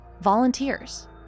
volunteers